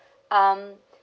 um